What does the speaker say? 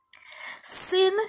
Sin